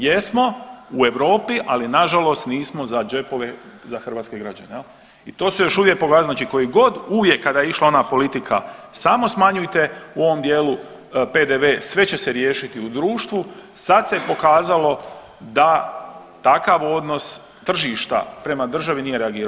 Jesmo u Europi, ali nažalost nismo za džepove za hrvatske građane i to se još uvijek pokazalo, znači kojigod uvijek kada je išla ona politika samo smanjujte u ovom dijelu PDV sve će se riješiti u društvu, sad se pokazalo da takav odnos tržišta prema državi nije reagirao.